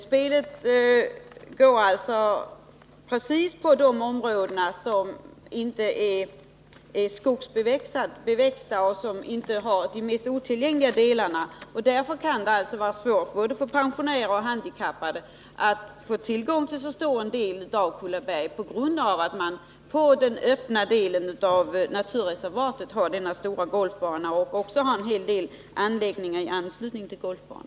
Spelet går alltså precis på de områden som inte är skogbeväxta och som inte utgörs av de mest otillgängliga delarna. Därför kan det vara svårt, både för pensionärer och för handikappade, att få tillgång till så stor del av Kullaberg på grund av att man på den öppna delen av naturreservatet har denna stora golfbana och också en hel del anläggningar i anslutning till den.